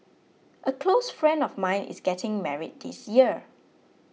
a close friend of mine is getting married this year